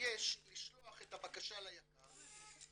יש לשלוח את הבקשה ליק"ר באחת מן הדרכים וכתוב בדיוק מהו הליך